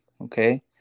okay